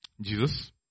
Jesus